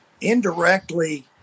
indirectly